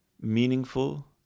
meaningful